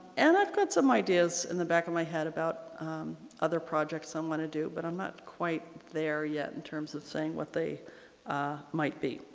and i've got some ideas in the back of my head about other projects i'm going to do but i'm not quite there yet in terms of saying what they might be.